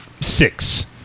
six